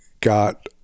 got